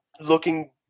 looking